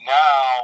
now